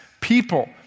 people